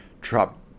drop